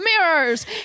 mirrors